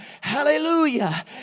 hallelujah